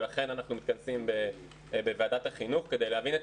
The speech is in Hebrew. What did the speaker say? ולכן אנחנו מתכנסים בוועדת החינוך כדי להבין את